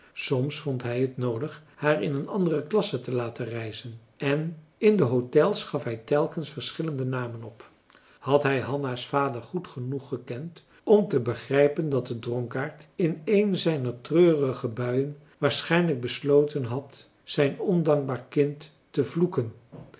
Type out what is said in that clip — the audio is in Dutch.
soms vond hij t noodig haar in een andere klasse te laten reizen en in de hôtels gaf hij telkens verschillende namen op had hij hanna's vader goed genoeg gekend om te begrijpen dat de dronkaard in een zijner treurige buien waarschijnlijk besloten had zijn ondankbaar kind te vloeken